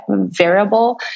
variable